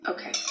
Okay